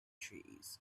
trees